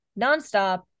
nonstop